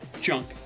junk